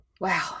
Wow